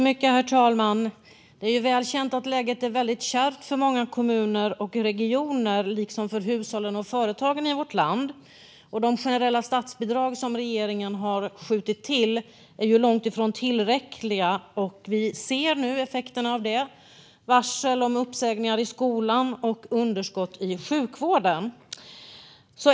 Herr talman! Det är väl känt att läget är kärvt för många kommuner och regioner, liksom för hushållen och företagen i vårt land. De generella statsbidrag som regeringen har skjutit till är långt ifrån tillräckliga. Vi ser nu effekterna i form av varsel om uppsägningar i skolan och underskott i sjukvården.